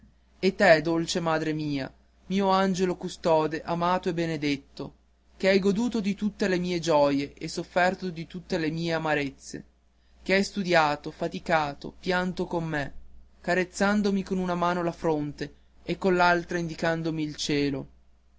e te dolce madre mia angelo custode amato e benedetto che hai goduto di tutte le mie gioie e sofferto di tutte le mie amarezze che hai studiato faticato pianto con me carezzandomi con una mano la fronte e coll'altra indicandomi il cielo